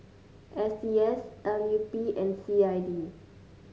S T S L U P and C I D